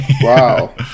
Wow